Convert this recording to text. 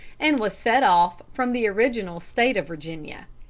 and was set off from the original state of virginia,